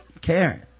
Karen